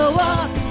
walk